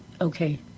okay